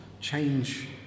change